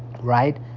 right